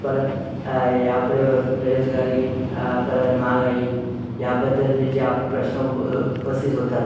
परत यापुढे ब बेरोजगारी हा परत महागाई याबद्दल जे जे आपण प्रश्न उ उपस्थित होतात